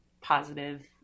positive